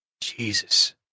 Jesus